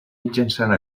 mitjançant